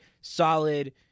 solid